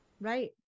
Right